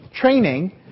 training